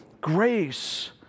grace